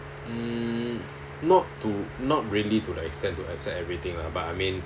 mm not to not really to like extend to accept everything lah but I mean